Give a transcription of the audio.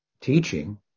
teaching